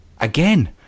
again